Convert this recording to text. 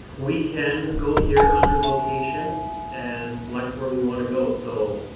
we can go here under location and select where we want to go. so